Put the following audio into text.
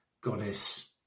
goddess